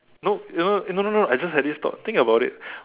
no you know you no no no I just had this thought think about it